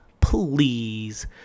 Please